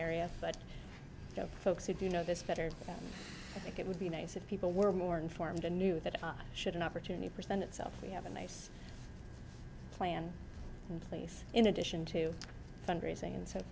area but the folks who do know this better i think it would be nice if people were more informed and knew that i should an opportunity presented itself we have a nice plan in place in addition to fundraising and said